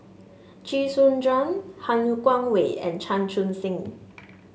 Chee Soon Juan Han Guangwei and Chan Chun Sing